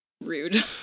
Rude